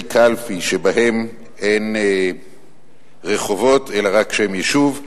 קלפי שבהם אין רחובות אלא רק שם יישוב,